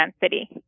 density